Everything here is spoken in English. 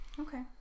Okay